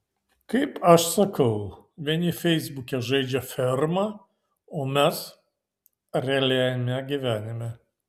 kaip aš sakau vieni feisbuke žaidžia fermą o mes realiame gyvenime